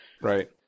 right